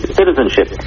citizenship